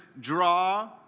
draw